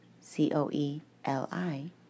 C-O-E-L-I